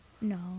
No